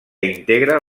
integra